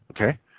Okay